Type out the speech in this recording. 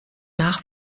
nach